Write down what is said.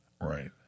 Right